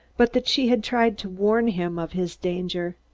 but that she had tried to warn him of his danger.